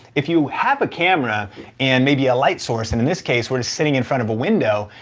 if you have a camera and maybe a light source, and in this case, we're just sitting in front of a window,